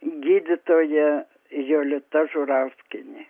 gydytoja jolita žurauskienė